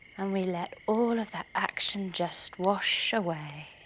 and we let all of that action just wash away.